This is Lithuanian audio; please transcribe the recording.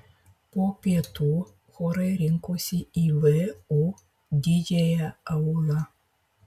po pietų chorai rinkosi į vu didžiąją aulą